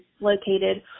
located